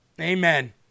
Amen